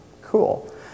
Cool